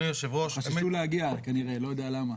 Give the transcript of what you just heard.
חששו להגיע, כנראה, לא יודע למה.